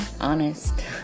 honest